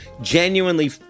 genuinely